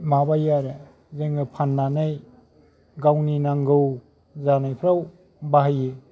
माबायो आरो जोङो फान्नानै गावनि नांगौ जानायफ्राव बाहायो